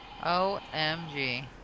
OMG